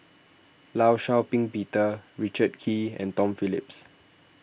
Law Shau Ping Peter Richard Kee and Tom Phillips